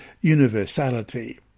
universality